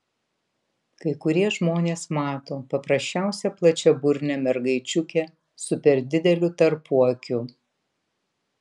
kai kurie žmonės mato paprasčiausią plačiaburnę mergaičiukę su per dideliu tarpuakiu